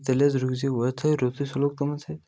تیٚلہِ حظ رُکۍزیٚو وۅنۍ تھٲیِو رُتُے سلوٗک تِمن سۭتۍ